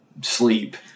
sleep